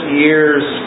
year's